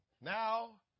Now